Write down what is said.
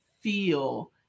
feel